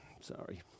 sorry